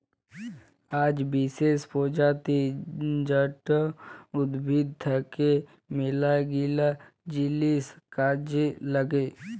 আক বিসেস প্রজাতি জাট উদ্ভিদ থাক্যে মেলাগিলা জিনিস কাজে লাগে